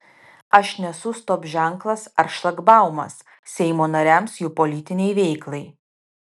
aš nesu stop ženklas ar šlagbaumas seimo nariams jų politinei veiklai